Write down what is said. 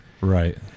right